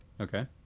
okay